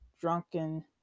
drunken